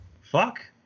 Fuck